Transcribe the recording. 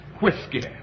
whiskey